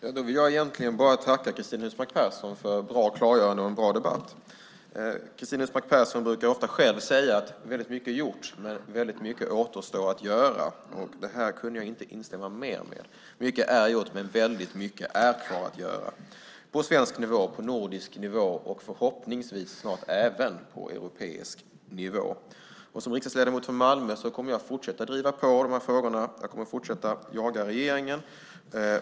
Herr talman! Jag vill egentligen bara tacka Cristina Husmark Pehrsson för ett bra klargörande och en bra debatt. Cristina Husmark Pehrsson brukar själv ofta säga att väldigt mycket är gjort men att väldigt mycket återstår att göra, och här kunde jag inte instämma mer. Mycket är gjort, men väldigt mycket finns kvar att göra på svensk nivå, på nordisk nivå och förhoppningsvis snart även på europeisk nivå. Som riksdagsledamot från Malmö kommer jag att fortsätta driva på i de här frågorna. Jag kommer att fortsätta jaga regeringen.